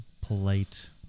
polite